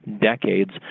decades